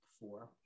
four